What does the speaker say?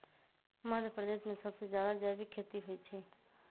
मध्यप्रदेश में सबसे जादा जैविक खेती होई छई